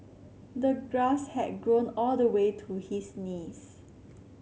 the grass had grown all the way to his knees